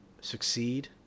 succeed